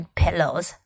pillows